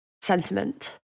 sentiment